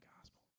gospel